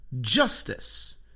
justice